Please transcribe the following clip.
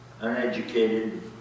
uneducated